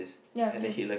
ya same